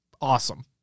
Awesome